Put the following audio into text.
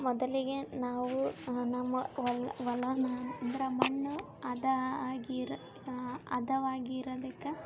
ಮೊದಲಿಗೆ ನಾವು ನಮ್ಮ ಹೊಲ ಹೊಲಾನ ಅಂದ್ರೆ ಮಣ್ಣು ಹದಾ ಆಗಿರೋ ಹದವಾಗಿರೋದಿಕ್ಕೆ